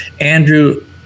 Andrew